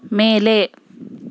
ಮೇಲೆ